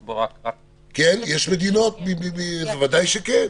כן, ודאי שכן.